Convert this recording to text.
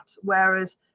whereas